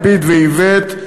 לפיד ואיווט,